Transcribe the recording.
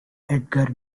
edgar